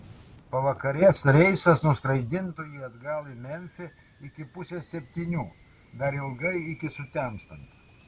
pavakarės reisas nuskraidintų jį atgal į memfį iki pusės septynių dar ilgai iki sutemstant